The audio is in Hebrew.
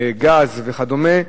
גז וכדומה.